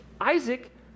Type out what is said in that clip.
Isaac